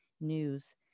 news